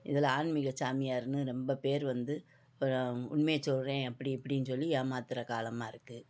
இதில் ஆன்மீக சாமியாருன்னு ரொம்ப பேர் வந்து ஒரு உண்மைய சொல்கிறேன் அப்படி இப்படின்னு சொல்லி ஏமாத்துற காலமாக இருக்குது